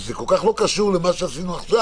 זה כל כך לא קשור למה שעשינו עכשיו.